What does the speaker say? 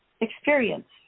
experience